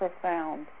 profound